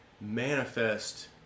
manifest